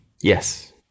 yes